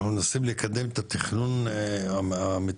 אנחנו מנסים לקדם את התכנון המתארי,